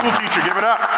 teacher, give it up.